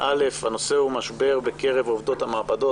משבר בקרב עובדות המעבדות.